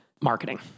marketing